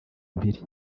mpiri